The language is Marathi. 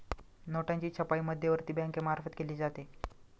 नोटांची छपाई मध्यवर्ती बँकेमार्फत केली जाते